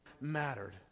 mattered